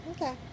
Okay